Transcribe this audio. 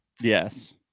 yes